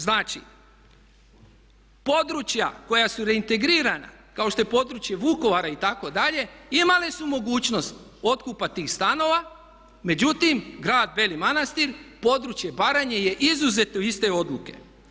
Znači područja koja su reintegrirana kao što je područje Vukovara itd., imale su mogućnost otkupa tih stanova međutim grad Beli Manastir područje Baranje je izuzeto iz te odluke.